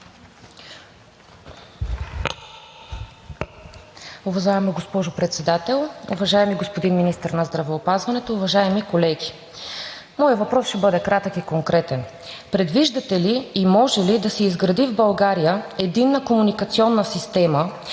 Уважаема госпожо Председател, уважаеми господин Министър на здравеопазването, уважаеми колеги! Моят въпрос ще бъде кратък и конкретен. Предвиждате ли и може ли да се изгради в България Единна комуникационна система,